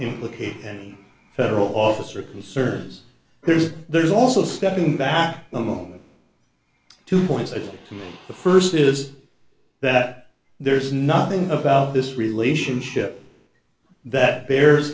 implicate any federal officer concerns there's there's also stepping back a moment two points i think the st is that there's nothing about this relationship that bears